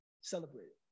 celebrated